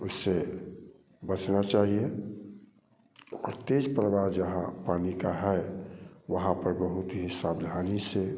उससे बचना चाहिए और तेज प्रवाह जहाँ पानी का है वहाँ पर बहुत ही सावधानी से